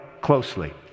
closely